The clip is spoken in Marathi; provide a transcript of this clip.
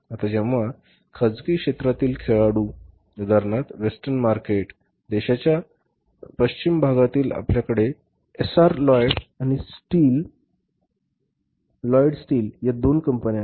आता जेव्हा खाजगी क्षेत्रातील खेळाडू उदाहरणार्थ वेस्टर्न मार्केट देशाच्या पश्चिम भागात आपल्याकडे एसआर आणि लॉयड स्टील या दोन कंपन्या आहेत